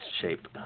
shape